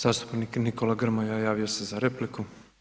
Zastupnik Nikola Grmoja javio se za repliku.